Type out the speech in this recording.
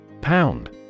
Pound